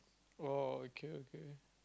oh okay okay